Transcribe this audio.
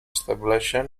establixen